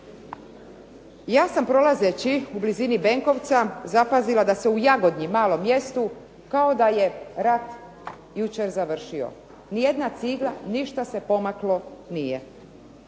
ja sam prolazeći u blizini Benkovca zapazila da je u Jagodnji, malom mjestu, kao da je rat jučer završio. Nijedna cigla, ništa se pomaklo nije